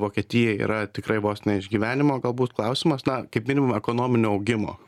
vokietijai yra tikrai vos ne išgyvenimo galbūt klausimas na kaip minimum ekonominio augimo